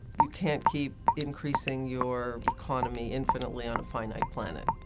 you can't keep increasing your economy infinitely on a finite planet.